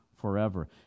forever